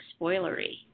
spoilery